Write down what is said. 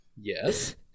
Yes